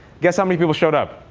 guess how many people showed up?